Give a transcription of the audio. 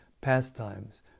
pastimes